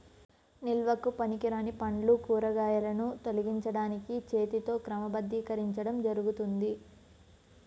నిల్వకు పనికిరాని పండ్లు, కూరగాయలను తొలగించడానికి చేతితో క్రమబద్ధీకరించడం జరుగుతుంది